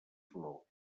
flor